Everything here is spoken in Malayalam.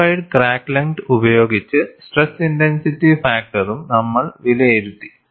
മോഡിഫൈഡ് ക്രാക്ക് ലെങ്ത് ഉപയോഗിച്ച് സ്ട്രെസ് ഇന്റെൻസിറ്റി ഫാക്ടറും നമ്മൾ വിലയിരുത്തി